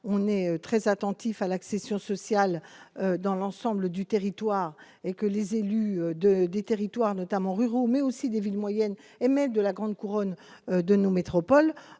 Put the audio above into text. on est très attentif à l'accession sociale dans l'ensemble du territoire et que les élus de des territoires, notamment ruraux, mais aussi des villes moyennes et même de la grande couronne de nos métropoles